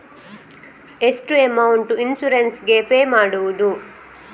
ಎಷ್ಟು amount insurance ಗೇ pay ಮಾಡುವುದು?